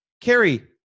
Carrie